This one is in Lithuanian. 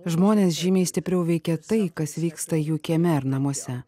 žmones žymiai stipriau veikia tai kas vyksta jų kieme ar namuose